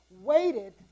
waited